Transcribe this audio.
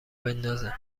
بندازه